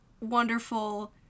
wonderful